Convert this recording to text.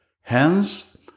Hence